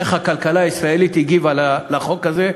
איך הכלכלה הישראלית הגיבה על החוק הזה,